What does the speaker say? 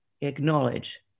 acknowledge